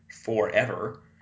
forever